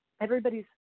everybody's